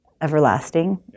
everlasting